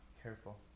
careful